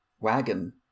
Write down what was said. wagon